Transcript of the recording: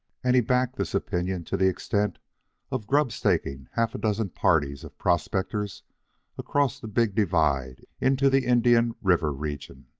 and he backed this opinion to the extent of grub-staking half a dozen parties of prospectors across the big divide into the indian river region.